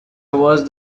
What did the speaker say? watched